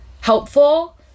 helpful